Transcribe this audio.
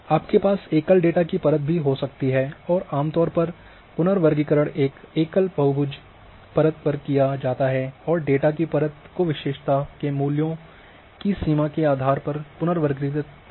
आपके पास एकल डेटा की परत भी हो सकती है और आम तौर पर पुनर्वर्गीकरण एक एकल बहुभुज परत पर किया जाता है और डेटा की परत को विशेषता के मूल्यों की सीमा के आधार पर पुनर्वर्गीकृत करते है